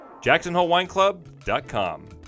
JacksonHoleWineClub.com